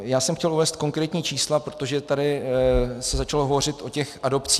Já jsem chtěl uvést konkrétní čísla, protože tady se začalo hovořit o těch adopcích.